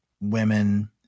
women